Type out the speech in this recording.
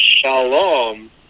shalom